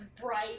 bright